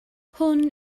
hwn